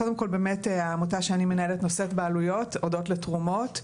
קודם כל באמת העמותה שאני מנהלת נושאת בעלויות אודות לתרומות.